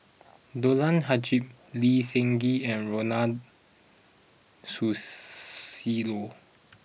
Dollah Hajid Lee Seng Gee and Ronald Susilo